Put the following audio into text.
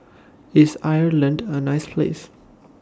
IS Ireland A nice Place